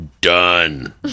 Done